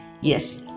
Yes